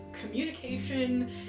communication